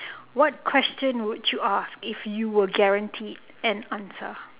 what question would you ask if you were guaranteed an answer